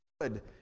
good